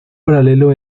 paralelo